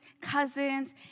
cousins